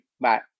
Bye